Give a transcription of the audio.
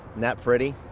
that pretty?